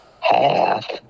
half